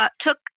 took